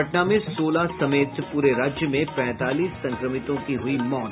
पटना में सोलह समेत पूरे राज्य में पैंतालीस संक्रमितों की हई मौत